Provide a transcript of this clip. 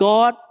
God